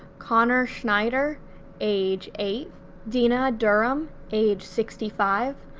conner snyder age eight dinah durham age sixty five,